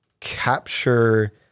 capture